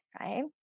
right